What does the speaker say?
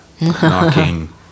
knocking